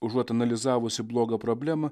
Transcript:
užuot analizavusi blogio problemą